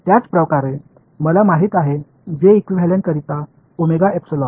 त्याचप्रकारे मला माहित आहे j इक्विव्हॅलेंट करिता ओमेगा एपिसिलॉन